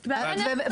אדרבה,